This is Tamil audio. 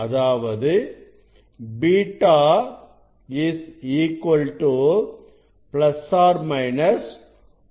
அதாவது β ± 1